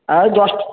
এই দশটা